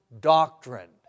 doctrine